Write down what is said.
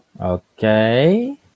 Okay